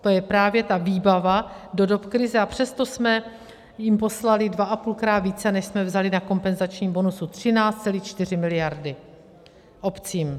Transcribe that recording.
To je právě ta výbava do dob krize, a přesto jsme jim poslali dvaapůlkrát více, než jsme vzali na kompenzačním bonusu 13,4 mld. Obcím.